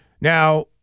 Now